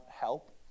help